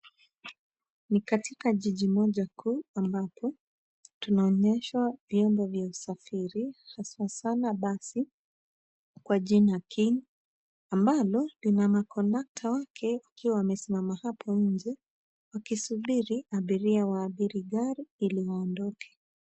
Ni katika jiji moja kuu ambapo tunaonyeshwa vyombo vya usafiri haswa sana basi kwa jina King ambalo lina makondakta wake wakiwa wamesimama hapo nje wakisubiri abiria waabiri gari ili waondoke.